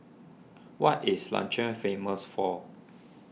what is Liechtenstein famous for